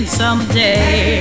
someday